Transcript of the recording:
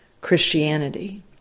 Christianity